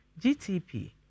GTP